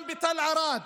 גם בתל ערד